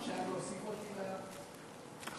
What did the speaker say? ההצעה להעביר את הצעת חוק לתיקון פקודת התעבורה (מס'